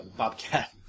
Bobcat